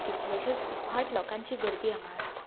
कितलेशेच उपाट लोकांची गर्दी हांगा आसता